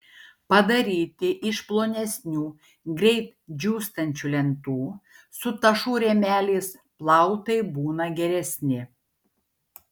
padaryti iš plonesnių greit džiūstančių lentų su tašų rėmeliais plautai būna geresni